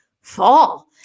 fall